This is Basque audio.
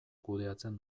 kudeatzen